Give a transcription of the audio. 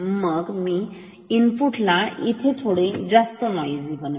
मग मी इनपुट ला अजून थोडे जास्त नोईझीं बनवेल